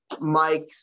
Mike